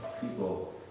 people